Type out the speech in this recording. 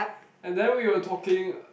and then we were talking